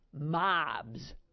mobs